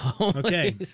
Okay